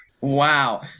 Wow